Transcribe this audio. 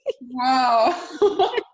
Wow